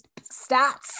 Stats